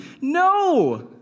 No